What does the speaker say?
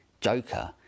Joker